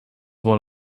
one